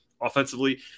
offensively